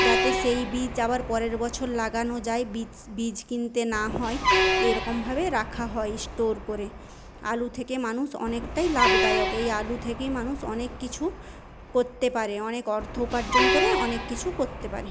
যাতে সেই বীজ আবার পরের বছর লাগানো যায় বীজ বীজ কিনতে না হয় এরকমভাবে রাখা হয় স্টোর করে আলু থেকে মানুষ অনেকটাই লাভদায়ক এই আলু থেকেই মানুষ অনেক কিছু করতে পারে অনেক অর্থ উপার্জন করে অনেক কিছু করতে পারে